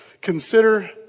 Consider